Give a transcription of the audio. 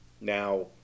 now